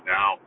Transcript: Now